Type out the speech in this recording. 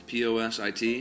POSIT